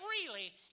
freely